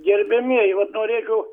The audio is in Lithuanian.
gerbiamieji vat norėčiau